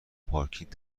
پارکینگ